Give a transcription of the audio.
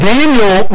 Daniel